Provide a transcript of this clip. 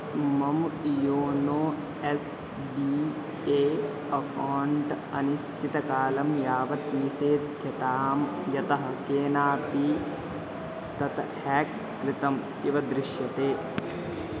मम् YONO S B A account अनिश्चितकालं यावत् निषेध्यतां यतः केनापि तत् हेक् कृतम् इव दृश्यते